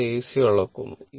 ഇത് AC അളക്കുന്നു